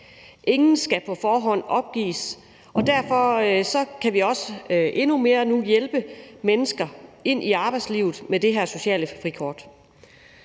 Ingen skal på forhånd opgives, og derfor kan vi også endnu mere nu med det her sociale frikort